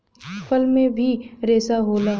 फल में भी रेसा होला